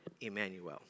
Emmanuel